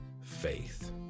faith